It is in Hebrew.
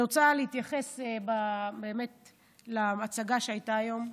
אני רוצה להתייחס להצגה שהייתה היום.